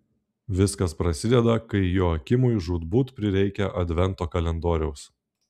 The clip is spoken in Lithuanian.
viskas prasideda kai joakimui žūtbūt prireikia advento kalendoriaus